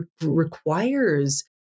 requires